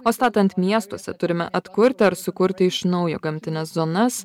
o statant miestuose turime atkurti ar sukurti iš naujo gamtines zonas